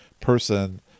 person